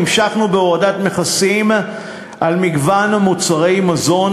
המשכנו בהורדת מכסים על מגוון מוצרי מזון,